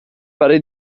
fare